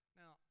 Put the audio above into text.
now